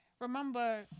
remember